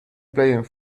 playing